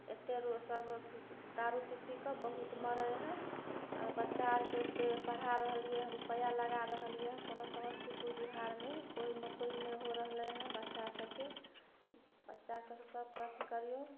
एतेक लोकसभ दारू पी पी कऽ बहुत मरै हइ आओर बच्चा आरके एतेक पढ़ा रहलिए हँ रुपैआ लगा रहलिए हँ कोनो समस्तीपुर बिहारमे कोइ नोकरी नहि हो रहलै हँ बच्चासभकेँ बच्चासभकेँ अथी करिऔ